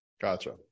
Gotcha